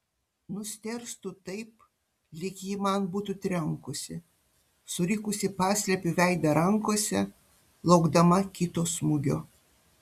nustėrstu taip lyg ji man būtų trenkusi surikusi paslepiu veidą rankose laukdama kito smūgio